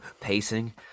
pacing